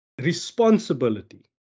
responsibility